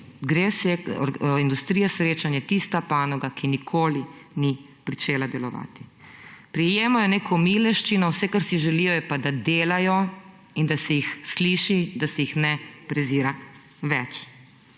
je industrija srečanja tista panoga, ki nikoli ni pričela delovati. Prejemajo neko miloščino, vse kar si želijo, je pa, da delajo in da se jih sliši, da se jih ne prezira več.